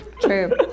True